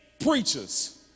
preachers